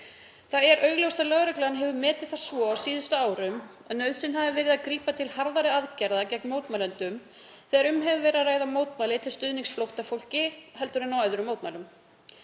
Það er augljóst að lögreglan hefur metið það svo á síðustu árum að nauðsyn hafi verið að grípa til harðari aðgerða gegn mótmælendum þegar um hefur verið að ræða mótmæli til stuðnings flóttafólki heldur en á öðrum mótmælum.